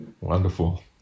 Wonderful